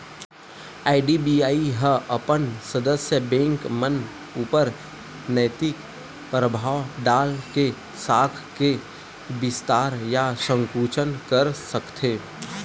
RBI ह अपन सदस्य बेंक मन ऊपर नैतिक परभाव डाल के साख के बिस्तार या संकुचन कर सकथे